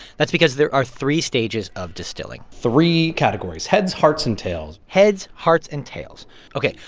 that's because there are three stages of distilling three categories heads, hearts and tails heads, hearts and tails ok.